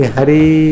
Hari